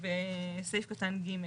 בסעיף קטן (ג).